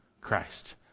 Christ